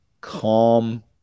calm